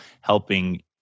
helping